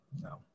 no